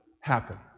happen